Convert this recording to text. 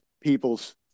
people's